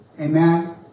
Amen